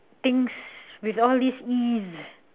things with all this ease